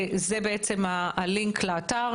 זה בעצם הלינק לאתר,